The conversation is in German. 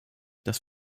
das